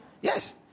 yes